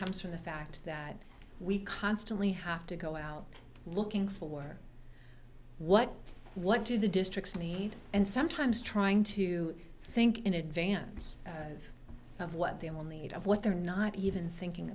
comes from the fact that we constantly have to go out looking for what what do the districts need and sometimes trying to think in advance of what they only need of what they're not even thinking